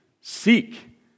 seek